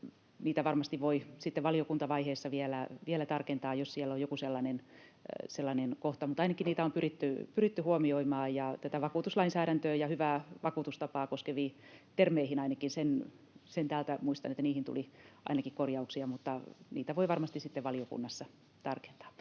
sitten valiokuntavaiheessa vielä tarkentaa, jos siellä on joku sellainen kohta, mutta ainakin niitä on pyritty huomioimaan. Ja vakuutuslainsäädäntöä ja hyvää vakuutustapaa koskeviin termeihin — sen täältä muistan — tuli ainakin korjauksia, mutta niitä voi varmasti sitten valiokunnassa tarkentaa.